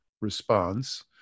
response